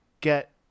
get